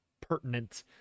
pertinent